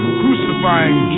crucifying